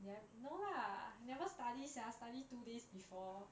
ya no lah never study sia study two days before